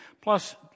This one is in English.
Plus